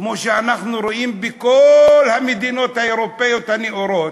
כמו שאנחנו רואים בכל המדינות האירופיות הנאורות.